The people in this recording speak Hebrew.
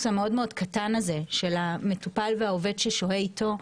הקטן מאוד הזה של המטופל והעובד ששוהה איתו,